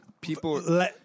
people